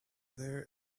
there